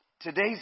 Today's